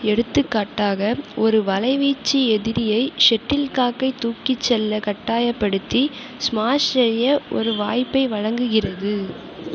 எடுத்துக்காட்டாக ஒரு வலை வீச்சு எதிரியை ஷட்டில்காக்கை தூக்கிச் செல்ல கட்டாயப்படுத்தி ஸ்மாஷ் செய்ய ஒரு வாய்ப்பை வழங்குகிறது